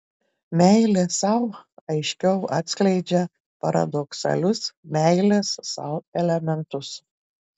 meilė sau aiškiau atskleidžia paradoksalius meilės sau elementus